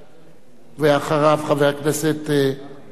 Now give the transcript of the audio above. ואחריו, חבר הכנסת אלדד.